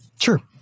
Sure